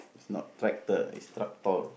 it's not tractor it's tractor